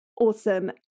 awesome